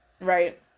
right